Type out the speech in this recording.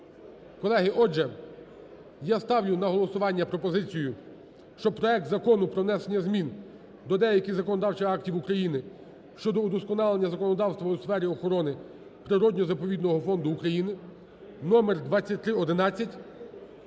Колеги, отже, я ставлю на голосування пропозицію, що проект Закону про внесення змін до деяких законодавчих актів України щодо удосконалення законодавства у сфері охорони природно-заповідного фонду України (№ 2311)